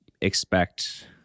expect